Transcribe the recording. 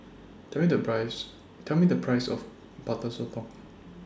Tell Me The Price Tell Me The Price of Butter Sotong